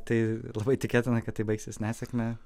tai labai tikėtina kad tai baigsis nesėkme